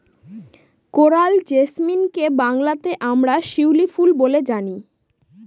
coral জেসমিনকে বাংলাতে আমরা শিউলি ফুল বলে জানি